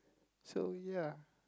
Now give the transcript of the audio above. so ya